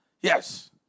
Yes